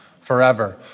forever